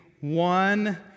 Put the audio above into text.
one